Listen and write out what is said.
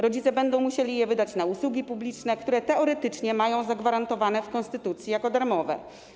Rodzice będą musieli je wydać na usługi publiczne, które teoretycznie mają zagwarantowane w konstytucji jako darmowe.